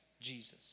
Jesus